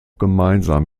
gemeinsam